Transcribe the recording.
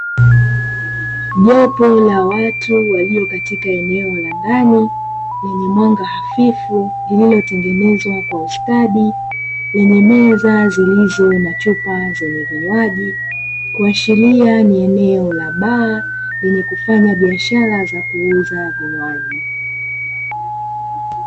Jopo la watu walio katika eneo la ndani lenye mwanga hafifu, lililotengenezwa kwa ustadi, lenye meza zilizo na chupa zenye vinywaji, kuashiria ni eneo la baa lenye kufanya biashara za kuuza vinywaji.